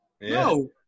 No